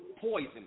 poison